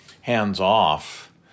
hands-off